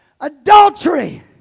adultery